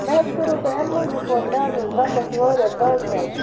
مےٚ حظ کٔریو تۄہہِ اَمہِ موٗجوٗب فون مےٚ حظ ٲس دَنٛدَس واریاہ دَگ حظ